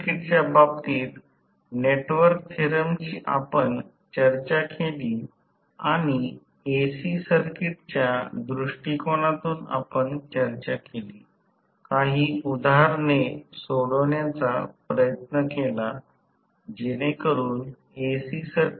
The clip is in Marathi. आकृती 13 आणि आकृती 13 r2 वर गेलो आणि या गोष्टी आणि फक्त सर्किट कडे पहात आहोत की जास्तीत जास्त यांत्रिकी उर्जा उत्पादन करण्यासाठी हे भार प्रतिरोध 1 हा असणे आवश्यक आहे परंतु ते शक्य नाही